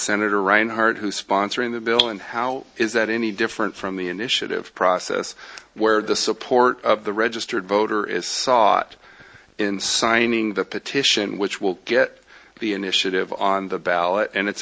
senator rinehart who sponsoring the bill and how is that any different from the initiative process where the support of the registered voter is sought in signing the petition which will get the initiative on the ballot and it's